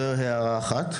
זו הערה אחת.